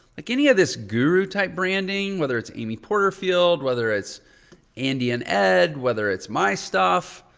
like any of this guru type branding, whether it's amy porterfield, whether it's andy and ed, whether it's my stuff,